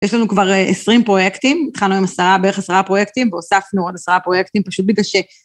יש לנו כבר עשרים פרויקטים, התחלנו עם עשרה, בערך עשרה פרויקטים, והוספנו עוד עשרה פרויקטים פשוט בגלל ש...